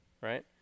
right